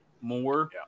more